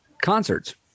concerts